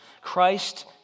Christ